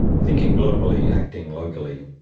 thinking globally, acting locally.